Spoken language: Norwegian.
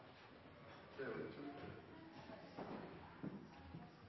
det